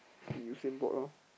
must be Usain-Bolt loh